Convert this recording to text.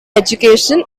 education